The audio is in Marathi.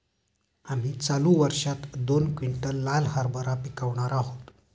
आम्ही चालू वर्षात दोन क्विंटल लाल हरभरा पिकावणार आहोत